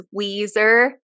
Weezer